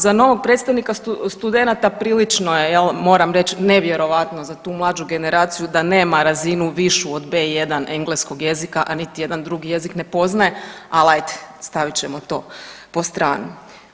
Za novog predstavnika studenata prilično je jel moram reć nevjerojatno za tu mlađu generaciju da nema razinu višu od B-1 engleskog jezika, a niti jedan drugi jezik ne poznaje, al ajde stavit ćemo to po strani.